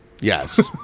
yes